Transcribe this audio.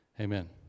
amen